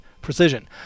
precision